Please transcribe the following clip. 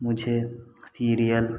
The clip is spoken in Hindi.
मुझे सीरीअल